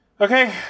Okay